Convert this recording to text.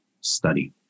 study